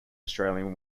australian